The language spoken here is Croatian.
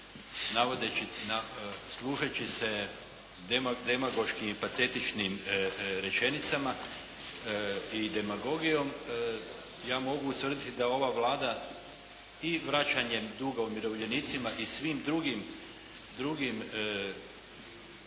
Navodeći, služeći se demagoškim i patetičnim rečenicama i demagogijom ja mogu ustvrditi da ova Vlada i vraćanjem duga umirovljenicima i svim drugim, što